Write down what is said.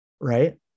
right